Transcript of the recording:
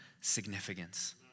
significance